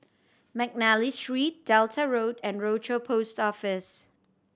McNally Street Delta Road and Rochor Post Office